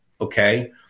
Okay